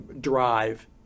drive